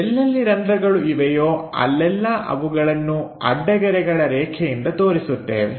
ಎಲ್ಲೆಲ್ಲಿ ರಂಧ್ರಗಳು ಇವೆಯೋ ಅಲ್ಲೆಲ್ಲಾ ಅವುಗಳನ್ನು ಅಡ್ಡ ಗೆರೆಗಳ ರೇಖೆಯಿಂದ ತೋರಿಸುತ್ತೇವೆ